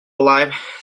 alive